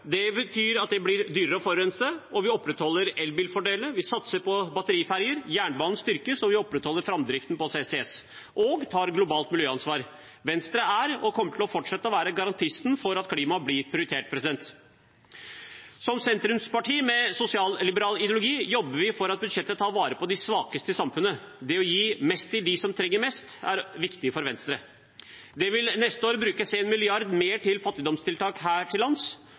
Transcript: Det betyr at det blir dyrere å forurense, og vi opprettholder elbilfordelene, vi satser på batteriferjer, vi styrker jernbanen, vi opprettholder framdriften på CCS, og vi tar globalt miljøansvar. Venstre er, og kommer til å fortsette å være, garantisten for at klima blir prioritert. Som sentrumsparti med en sosialliberal ideologi jobber vi for at budsjettet tar vare på de svakeste i samfunnet. Det å gi mest til dem som trenger det mest, er viktig for Venstre. Det vil neste år brukes 1 mrd. kr mer til fattigdomstiltak her til lands.